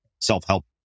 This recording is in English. self-help